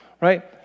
right